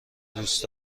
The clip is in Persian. دوست